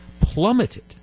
plummeted